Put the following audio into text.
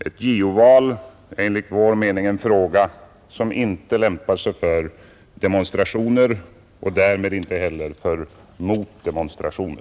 Ett JO-val är enligt vår mening en fråga som inte lämpar sig för demonstrationer och därmed inte heller för motdemonstrationer.